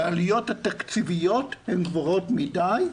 שהעלויות התקציביות הן גבוהות מדי.